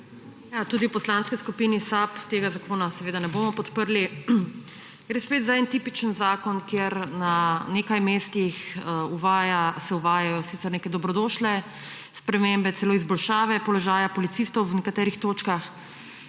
Tudi v Poslanski skupini SAB tega zakona ne bomo podprli. Gre spet za en tipičen zakon, kjer se na nekaj mestih uvajajo sicer neke dobrodošle spremembe, celo izboljšave položaja policistov v nekaterih točkah,